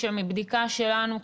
שמבדיקה שלנו,